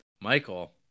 Michael